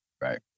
Right